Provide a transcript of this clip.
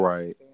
Right